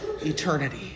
eternity